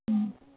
ꯎꯝ